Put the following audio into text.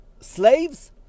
slaves